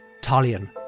Talion